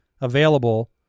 available